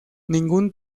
ningún